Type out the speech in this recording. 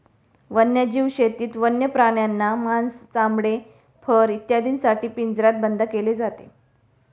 वन्यजीव शेतीत वन्य प्राण्यांना मांस, चामडे, फर इत्यादींसाठी पिंजऱ्यात बंद केले जाते